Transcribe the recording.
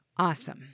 Awesome